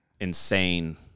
insane